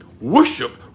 Worship